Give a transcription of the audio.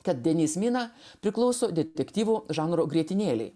kad denis mina priklauso detektyvo žanro grietinėlei